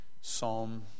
Psalm